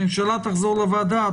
הממשלה תחזור לוועדה.